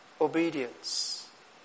obedience